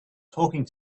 talking